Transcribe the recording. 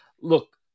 Look